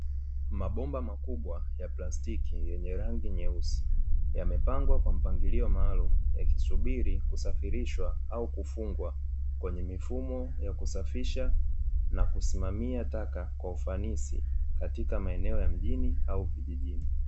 Mabomba makubwa ya plastiki yenye rangi nyeusi, yamepangwa kwa mpangilio maalumu ya yakisubiri kusafirishwa au kufungwa, kwenye mifumo ya kusafisha na kusamamia taka kwa ufanisi, katika maeneo ya mijini au vijijini.